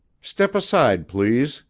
step aside, please,